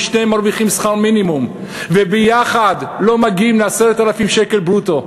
ושניהם מרוויחים שכר מינימום וביחד לא מגיעים ל-10,000 שקל ברוטו.